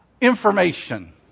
information